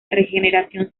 regeneración